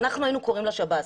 ואנחנו היינו קוראים לשב"ס.